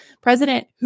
President